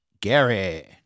Gary